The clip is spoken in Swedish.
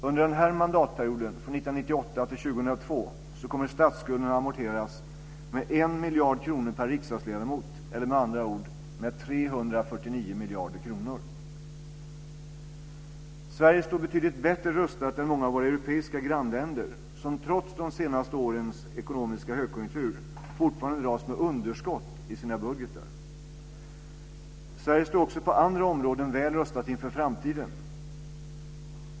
Under den här mandatperioden, från 1998 till 2002, kommer statsskulden att amorteras med 1 miljard kronor per riksdagsledamot, eller med andra ord med 349 miljarder kronor. Sverige står betydligt bättre rustat än många av våra europeiska grannländer, som trots de senaste årens ekonomiska högkonjunktur fortfarande dras med underskott i sina budgetar. Sverige står också på andra områden väl rustat inför framtiden.